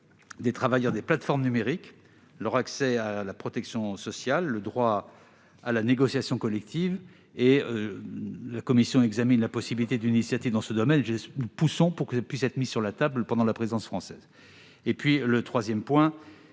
des travailleurs des plateformes numériques, ainsi que leur accès à la protection sociale et au droit à la négociation collective. La Commission examine la possibilité d'une initiative dans ce domaine. Nous plaidons pour que cela soit mis sur la table pendant la présidence française. Troisièmement,